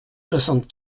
soixante